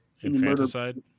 Infanticide